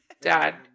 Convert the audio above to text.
dad